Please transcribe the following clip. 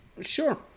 Sure